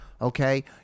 Okay